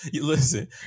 Listen